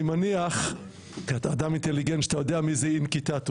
אני מניח - כי אתה אדם אינטליגנט - שאתה יודע מי זה אינקיטאטוס.